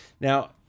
Now